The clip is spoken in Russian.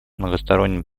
многосторонним